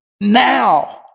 now